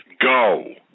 go